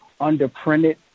underprinted